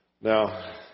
Now